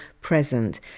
present